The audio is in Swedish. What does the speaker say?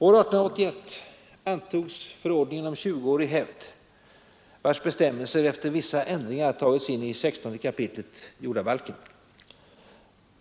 År 1881 antogs förordningen om tjugoårig hävd, vars bestämmelser efter vissa ändringar tagits in i 16 kap. jordabalken.